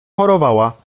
chorowała